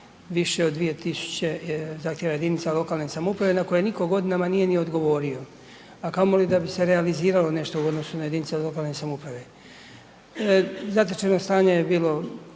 više od 2.000 zahtjeva jedinica lokalne samouprave na koje nitko godinama nije ni odgovorio, a kamoli da bi se realizirano nešto u odnosu na jedinice lokalne samouprave. Zatečeno stanje je bilo